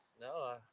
no